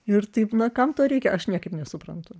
ir taip na kam to reikia aš niekaip nesuprantu